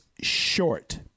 short